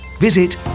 Visit